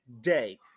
day